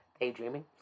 daydreaming